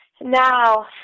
Now